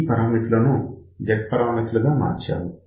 ఈ S పరామితులు ను Z పరామితులు గా మార్చాము